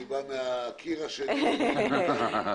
אני מגיע מהחדר הסמוך.